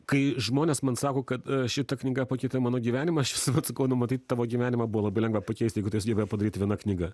kai žmonės man sako kad šita knyga pakeitė mano gyvenimą aš visuomet sakau nu matyt tavo gyvenimą buvo labai lengva pakeist jeigu tai sugebėjo padaryt viena knyga